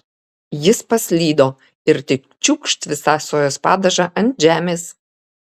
jis paslydo ir tik čiūkšt visą sojos padažą ant žemės